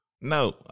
no